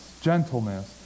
gentleness